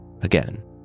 again